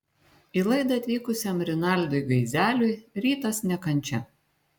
į laidą atvykusiam rinaldui gaizeliui rytas ne kančia